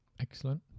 Excellent